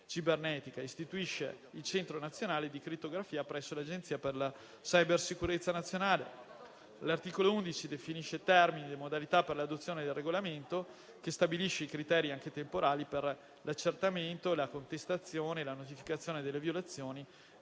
cibernetica e istituisce il Centro nazionale di crittografia presso l'Agenzia per la cybersicurezza nazionale. L'articolo 11 definisce termini e modalità per l'adozione del regolamento che stabilisce i criteri, anche temporali, per l'accertamento, la contestazione e la notificazione delle violazioni